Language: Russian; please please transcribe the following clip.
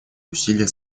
усилия